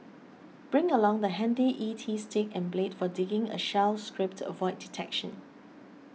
bring along the handy E T stick and blade for digging a shell scrape to avoid detection